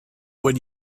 would